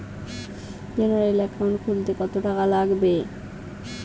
General account খুলতে কত টাকা লাগবে?